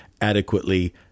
adequately